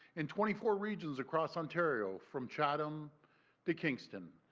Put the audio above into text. in twenty four regions across ontario, from chatham to kingston,